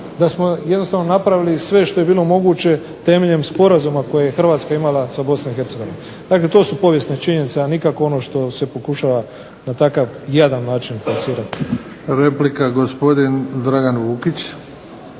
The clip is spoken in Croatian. da smo jednostavno napravili sve što je bilo moguće temeljem sporazuma kojeg je Hrvatska imala sa Bosnom i Hercegovinom. Dakle, to su povijesne činjenice, a nikako ono što se pokušava na takav jadan način plasirati. **Bebić, Luka (HDZ)** Replika gospodin Dragan Vukić.